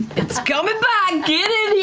it's coming back. get in here,